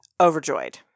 overjoyed